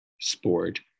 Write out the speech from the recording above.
sport